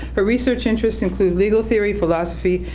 her research interests include legal theory, philosophy,